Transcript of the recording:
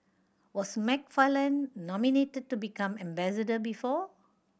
was McFarland nominated to become ambassador before